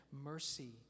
mercy